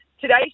Today